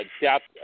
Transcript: depth